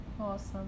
Awesome